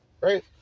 Right